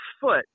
foot